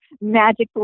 magical